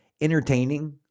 entertaining